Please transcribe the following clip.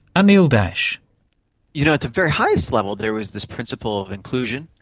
anil dash you know, at the very highest level there was this principle of inclusion,